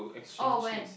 oh when